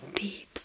deep